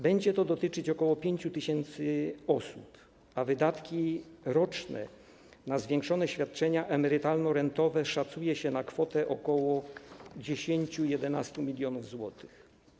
Będzie to dotyczyć ok. 5 tys. osób, a wydatki roczne na zwiększone świadczenia emerytalno-rentowe szacuje się na kwotę ok. 10, 11 mln zł.